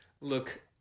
look